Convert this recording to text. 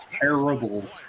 terrible